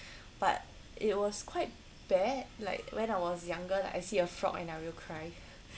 but it was quite bad like when I was younger I see a frog and I will cry